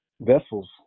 vessels